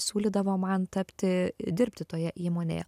siūlydavo man tapti dirbti toje įmonėje